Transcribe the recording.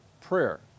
prayer